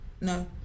No